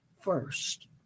first